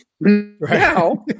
now